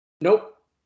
Nope